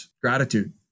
gratitude